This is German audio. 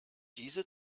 diese